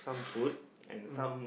mm